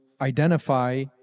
identify